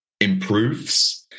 improves